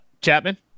chapman